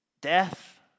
death